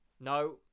no